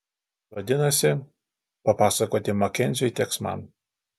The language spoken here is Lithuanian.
vadinasi papasakoti makenziui teks man